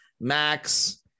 Max